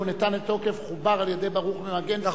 "ונתנה תוקף" חובר על-ידי ברוך ממגנצא,